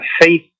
faith